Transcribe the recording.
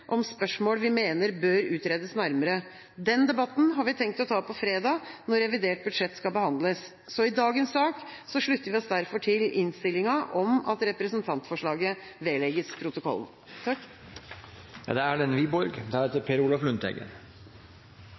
om spørsmål vi mener bør utredes nærmere. Den debatten har vi tenkt å ta på fredag, når revidert budsjett skal behandles. I dagens sak slutter vi oss derfor til innstillinga om at representantforslaget vedlegges